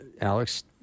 Alex